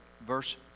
verse